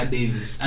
Davis